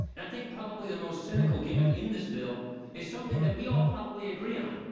and i think probably the most cynical gimmick in this bill is something that we all probably agree on.